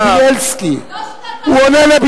יסבלו.